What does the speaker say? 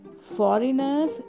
Foreigners